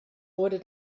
wurde